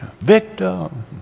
Victim